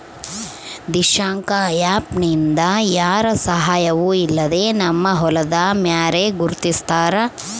Dishank app ನಿಂದ ಯಾರ ಸಹಾಯವೂ ಇಲ್ಲದೆ ನಮ್ಮ ಹೊಲದ ಮ್ಯಾರೆ ಗುರುತಿಸ್ತಾರ